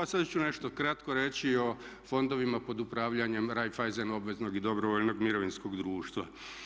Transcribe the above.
A sada ću nešto kratko reći i o fondovima pod upravljanjem Raiffeisen obveznog i dobrovoljnog mirovinskog društva.